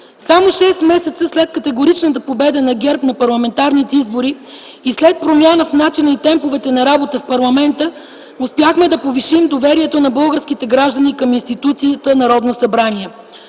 Само шест месеца след категоричната победа на ГЕРБ на парламентарните избори и след промяна в начина и темповете на работа в парламента успяхме да повишим доверието на българските граждани към институцията Народно събрание.